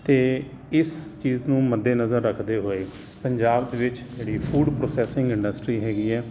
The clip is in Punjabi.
ਅਤੇ ਇਸ ਚੀਜ਼ ਨੂੰ ਮੱਦੇ ਨਜ਼ਰ ਰੱਖਦੇ ਹੋਏ ਪੰਜਾਬ ਦੇ ਵਿੱਚ ਜਿਹੜੀ ਫੂਡ ਪ੍ਰੋਸੈਸਿੰਗ ਇੰਡਸਟਰੀ ਹੈਗੀ ਹੈ